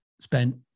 spent